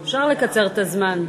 אפשר לקצר את הזמן.